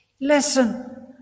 Listen